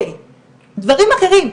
דברים אחרים,